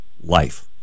life